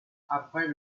après